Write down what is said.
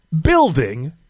building